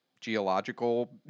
geological